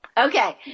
Okay